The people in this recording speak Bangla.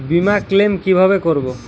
বিমা ক্লেম কিভাবে করব?